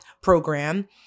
program